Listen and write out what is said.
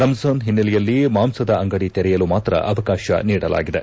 ರಂಜಾನ್ ಹಿನ್ವೆಲೆಯಲ್ಲಿ ಮಾಂಸದ ಅಂಗಡಿ ತೆರೆಯಲು ಮಾತ್ರ ಅವಕಾಶ ನೀಡಲಾಗಿದೆ